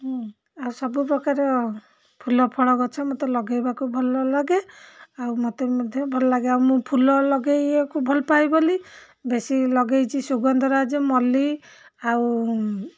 ହୁଁ ଆଉ ସବୁପ୍ରକାର ଫୁଲ ଫଳ ଗଛ ମୋତେ ଲଗେଇବାକୁ ଭଲଲାଗେ ଆଉ ମୋତେ ମଧ୍ୟ ଭଲ ଲାଗେ ଆଉ ମୁଁ ଫୁଲ ଲଗେଇବାକୁ ଭଲପାଏ ବୋଲି ବେଶୀ ଲଗେଇଛି ସୁଗନ୍ଧରାଜ ମଲ୍ଲି ଆଉ